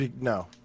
no